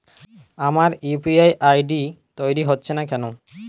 আমার UPI ID তৈরি হচ্ছে না কেনো?